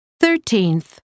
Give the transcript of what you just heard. thirteenth